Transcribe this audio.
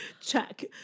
check